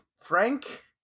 Frank